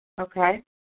okay